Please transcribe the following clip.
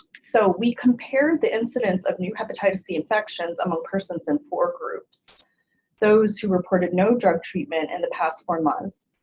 so we compared the incidence of new hepatitis c infections among persons in four groups those who reported no drug treatment in and the past four months,